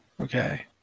Okay